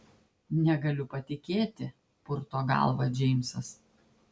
negaliu patikėti purto galvą džeimsas